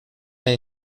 hay